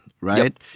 right